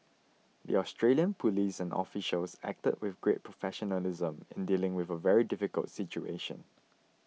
the Australian police and officials acted with great professionalism in dealing with a very difficult situation